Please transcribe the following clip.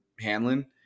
Hanlon